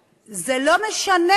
זה לא משנה.